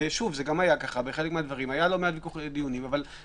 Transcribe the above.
בחלק מהדברים היו לא מעט דיונים ולבסוף,